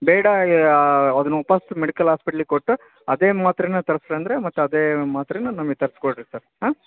ಬೇಡ ಅದುನು ವಾಪಾಸ್ ಮೆಡಿಕಲ್ ಆಸ್ಪಿಟ್ಲಿಗೆ ಕೊಟ್ಟು ಅದೇ ಮಾತ್ರೆನ ತರ್ಸಿ ಅಂದರೆ ಮತ್ತು ಅದೇ ಮಾತ್ರೆನ ನಮಗ್ ತರ್ಸಿ ಕೊಡಿರಿ ಸರ್ ಹಾಂ